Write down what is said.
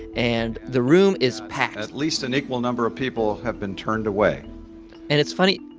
and the room is packed at least an equal number of people have been turned away and it's funny,